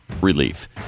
relief